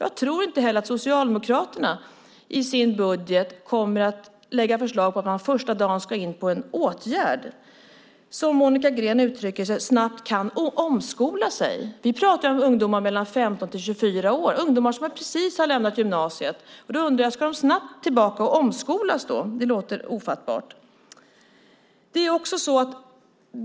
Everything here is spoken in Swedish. Jag tror inte att Socialdemokraterna i sin budget kommer att lägga fram förslag om att man första dagen ska in i en åtgärd och, som Monica Green uttryckte det, snabbt kunna omskola sig. Vi pratar om ungdomar mellan 15 och 24 år, ungdomar som just har lämnat gymnasiet. Ska de snabbt tillbaka och omskolas? Det låter ofattbart.